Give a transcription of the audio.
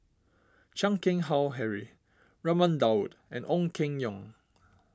Chan Keng Howe Harry Raman Daud and Ong Keng Yong